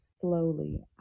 slowly